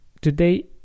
today